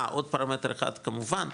עוד פרמטר אחד, כמובן,